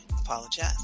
apologize